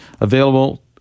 Available